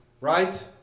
right